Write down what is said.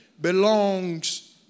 belongs